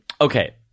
Okay